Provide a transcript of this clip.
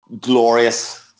glorious